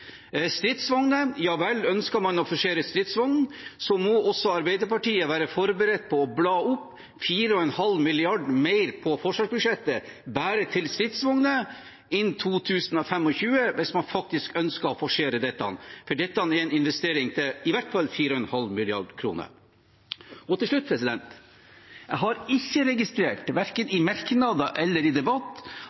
Stridsvogner, ja vel – ønsker man å forsere stridsvognene, må også Arbeiderpartiet være forberedt på å bla opp 4,5 mrd. kr mer på forsvarsbudsjettet bare til stridsvogner innen 2025. Dette er en investering til i hvert fall 4,5 mrd. kr. Til slutt: Jeg har ikke registrert, verken i merknader eller i debatt,